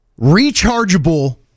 rechargeable